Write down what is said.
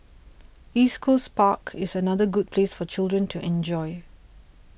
East Coast Park is another good place for children to enjoy